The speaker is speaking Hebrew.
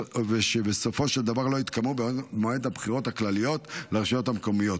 ושבסופו של דבר לא התקיימו במועד הבחירות הכלליות לרשויות המקומיות.